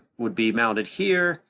would be mounted here.